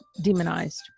demonized